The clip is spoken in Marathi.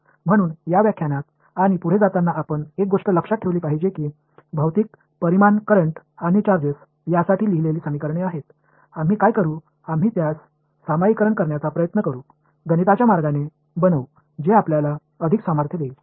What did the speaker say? म्हणून या व्याख्यानात आणि पुढे जाताना आपण एक गोष्ट लक्षात ठेवली पाहिजे की भौतिक परिमाण करंट आणि चार्जेस यासाठी लिहिलेली समीकरणे आहेत आम्ही काय करू आम्ही त्यास सामान्यीकरण करण्याचा प्रयत्न करू गणिताच्या मार्गाने बनवू जे आपल्याला अधिक सामर्थ्य देईल